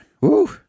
Woo